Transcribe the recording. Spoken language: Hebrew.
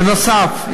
בנוסף,